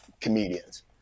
comedians